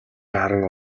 харан